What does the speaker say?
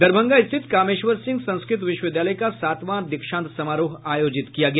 दरभंगा स्थित कामेश्वर सिंह संस्कृत विश्वविद्यालय का सातवां दीक्षांत समारोह आयोजित किया गया